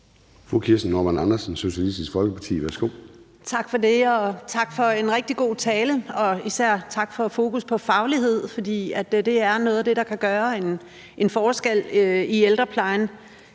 Kirsten Normann Andersen (SF): Tak for det, og tak for en rigtig god tale. Især tak for fokus på faglighed, for det er noget af det, der kan gøre en forskel i ældreplejen.